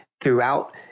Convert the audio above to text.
throughout